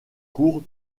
cours